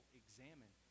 examine